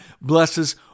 blesses